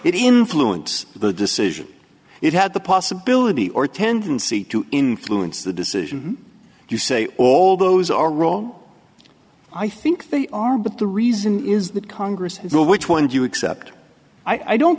influence the decision it had the possibility or tendency to influence the decision you say all those are wrong i think they are but the reason is that congress which one do you accept i don't